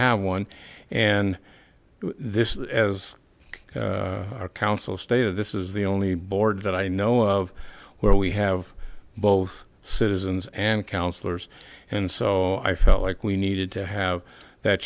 have one and this as a council stated this is the only board that i know of where we have both citizens and councillors and so i felt like we needed to have that